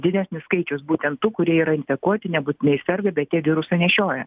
didesnis skaičius būtent tų kurie yra infekuoti nebūtinai serga bet jie virusą nešioja